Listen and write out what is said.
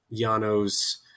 Yano's